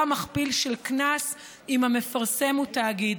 מכפיל של קנס אם המפרסם הוא תאגיד.